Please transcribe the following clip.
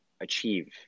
achieve